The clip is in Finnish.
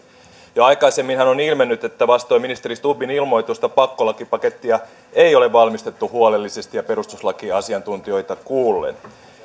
jo aikaisemminhan on ilmennyt että vastoin ministeri stubbin ilmoitusta pakkolakipakettia ei ole valmisteltu huolellisesti ja perustuslakiasiantuntijoita kuullen